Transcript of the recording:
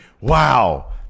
Wow